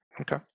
Okay